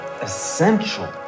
essential